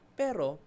pero